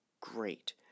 great